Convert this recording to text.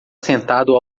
sentado